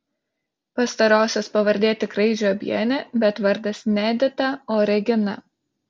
pastarosios pavardė tikrai žiobienė bet vardas ne edita o regina